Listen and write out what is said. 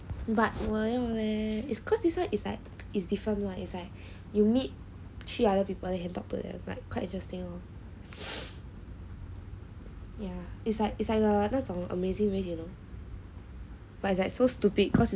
but worrying leh it's cause this one is like is different [one] is like you meet three other people then you talk to them quite interesting yeah it's like it's like ah 那种 amazing race you know but it's like so stupid cause